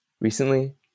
Recently